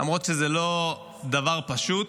למרות שזה לא דבר פשוט.